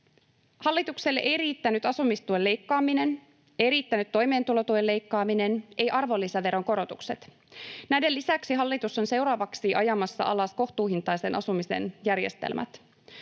Hallitukselle ei riittänyt asumistuen leikkaaminen, ei riittänyt toimeentulotuen leikkaaminen, ei arvonlisäveron korotukset. Näiden lisäksi hallitus on seuraavaksi ajamassa alas kohtuuhintaisen asumisen järjestelmät.